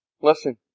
listen